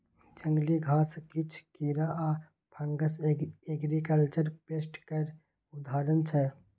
जंगली घास, किछ कीरा आ फंगस एग्रीकल्चर पेस्ट केर उदाहरण छै